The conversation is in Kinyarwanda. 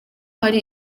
hari